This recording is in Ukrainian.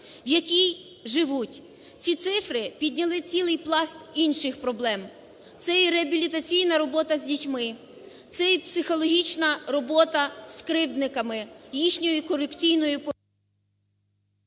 в якій живуть. Ці цифри підняли цілий пласт інших проблем: це і реабілітаційна робота з дітьми, це і психологічна робота з кривдниками, їхньою корекційною…